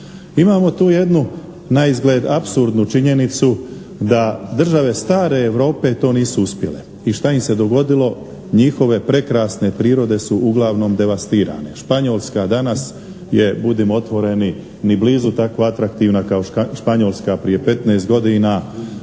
Imamo tu jednu naizgled apsurdnu činjenicu da države stare Europe to nisu uspjele. I šta im se dogodilo? Njihove prekrasne prirode su upravo devastirane. Španjolska danas je, budimo otvoreni, ni blizu tako atraktivna kao Španjolska prije 15 godina.